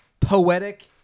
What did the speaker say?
poetic